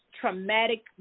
traumatic